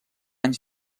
anys